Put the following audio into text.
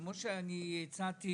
כמו שהצעתי